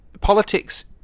politics